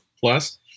plus